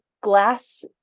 glass